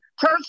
church